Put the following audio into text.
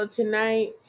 tonight